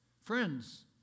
Friends